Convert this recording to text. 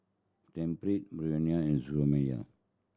Tempt Burnie and Xiaomi